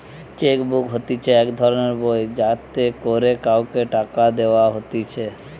check book হতিছে এক ধরণের বই যাতে করে কাওকে টাকা দেওয়া হতিছে